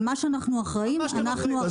על מה שאנחנו אחראים אנחנו אחראים.